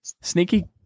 sneaky